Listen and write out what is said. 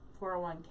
401k